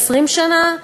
20 שנה?